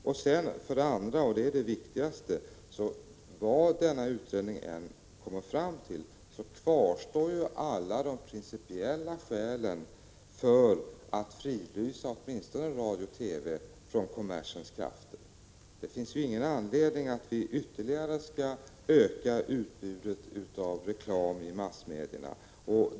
För det andra vill jag framhålla — och det är det viktigaste — att vad utredningen än kommer fram till, kvarstår alla de principiella skälen för att fridlysa åtminstone Sveriges Radio och TV vad gäller kommersens krafter. Vi har ingen anledning att ytterligare öka utbudet av reklam i massmedierna.